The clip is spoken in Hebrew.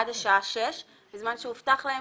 עד השעה 6:00 בערב בזמן שהובטח להן